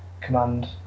command